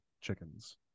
chickens